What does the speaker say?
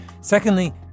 Secondly